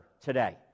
today